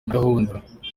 gahunda